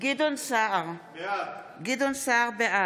גדעון סער, בעד